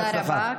תודה רבה.